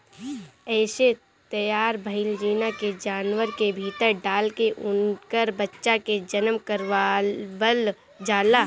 एसे तैयार भईल जीन के जानवर के भीतर डाल के उनकर बच्चा के जनम करवावल जाला